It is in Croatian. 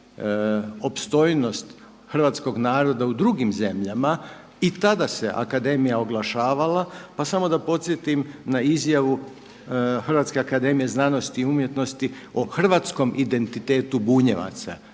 opstojnost hrvatskog naroda u drugim zemljama i tada se akademija oglašavala, pa samo da podsjetim na izjavu Hrvatske akademije znanosti i umjetnosti o hrvatskom identitetu Bunjevaca